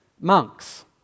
monks